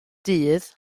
dydd